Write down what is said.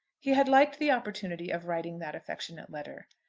he had liked the opportunity of writing that affectionate letter.